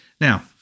Now